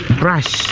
brush